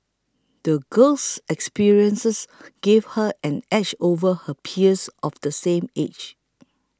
the girl's experiences gave her an edge over her peers of the same age